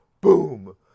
boom